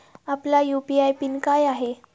आपला UPI PIN काय आहे?